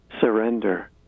surrender